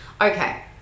Okay